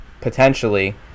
potentially